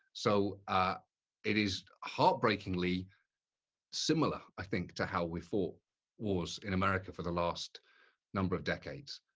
so it is heartbreakingly similar, i think, to how we fought wars in america for the last number of decades.